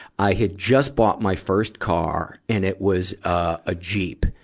i had just bought my first car, and it was, ah, a jeep,